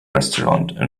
restaurant